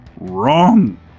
WRONG